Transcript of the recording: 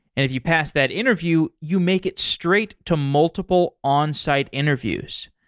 if you pass that interview, you make it straight to multiple onsite interviews.